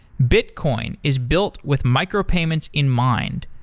bitcoin is built with micropayments in mind.